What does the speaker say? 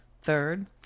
Third